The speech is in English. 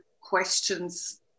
questions